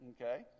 Okay